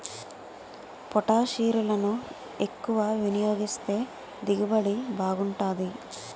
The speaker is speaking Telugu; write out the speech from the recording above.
పొటాషిరులను ఎక్కువ వినియోగిస్తే దిగుబడి బాగుంటాది